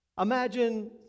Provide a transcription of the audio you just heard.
Imagine